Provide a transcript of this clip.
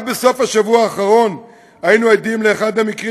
רק בסוף השבוע האחרון היינו עדים לאחד המקרים